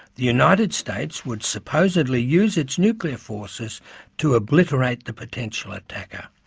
the united states would supposedly use its nuclear forces to obliterate the potential attacker.